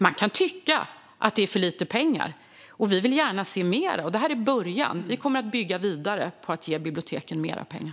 Man kan tycka att det är för lite pengar. Vi vill gärna se mer, men detta är en början. Vi kommer att bygga vidare på att ge biblioteken mer pengar.